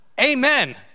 amen